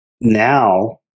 now